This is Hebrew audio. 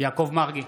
יעקב מרגי,